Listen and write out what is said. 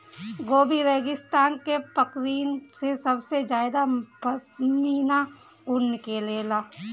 Gobi रेगिस्तान के बकरिन से सबसे ज्यादा पश्मीना ऊन निकलेला